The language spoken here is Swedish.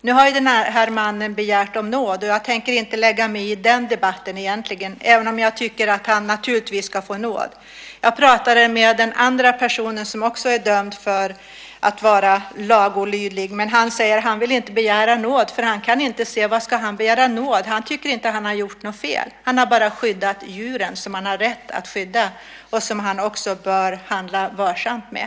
Nu har ju den här mannen bett om nåd, och jag tänker egentligen inte lägga mig i den debatten även om jag naturligtvis tycker att han ska få nåd. Jag pratade också med den andra person som är dömd för att vara lagolydig. Han säger att han inte vill begära nåd. Han kan inte se vad han ska begära nåd för. Han tycker inte att han har gjort något fel. Han har bara skyddat djuren, som han har rätt att skydda och som han också bör handla varsamt med.